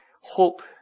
hope